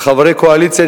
כחברי הקואליציה,